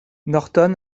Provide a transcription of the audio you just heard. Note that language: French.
norton